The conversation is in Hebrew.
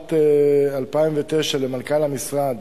משנת 2009 אל מנכ"ל המשרד,